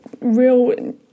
real